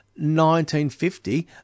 1950